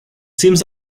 seems